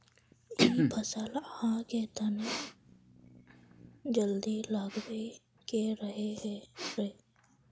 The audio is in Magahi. इ फसल आहाँ के तने जल्दी लागबे के रहे रे?